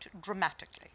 dramatically